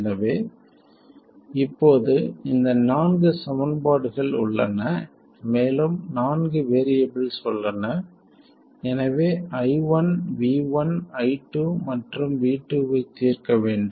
எனவே இப்போது இந்த நான்கு சமன்பாடுகள் உள்ளன மேலும் நான்கு வேறியபிள்ஸ் உள்ளன எனவே i1 V1 i2 மற்றும் V2 ஐ தீர்க்க வேண்டும்